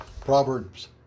Proverbs